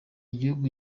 igihugu